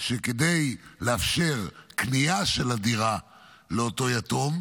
שכדי לאפשר קנייה של הדירה לאותו יתום,